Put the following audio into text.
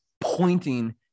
pointing